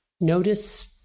notice